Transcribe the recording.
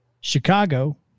Chicago